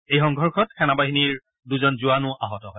এই সংঘৰ্ষত সেনাবাহিনীৰ দুজন জোৱানো আহত হয়